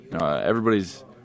everybody's